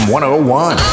101